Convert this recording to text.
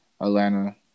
Atlanta